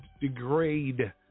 degrade